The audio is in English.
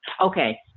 Okay